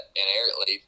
inherently